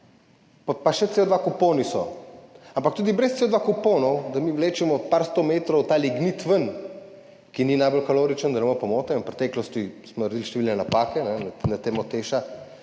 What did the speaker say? Tudi CO2 kuponi so, ampak tudi brez CO2 kuponov mi vlečemo par 100 metrov ven ta lignit, ki ni najbolj kaloričen. Da ne bo pomote, v preteklosti smo naredili številne napake na temo Teša.